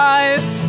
life